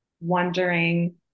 wondering